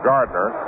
Gardner